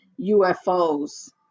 UFOs